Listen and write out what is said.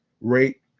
rate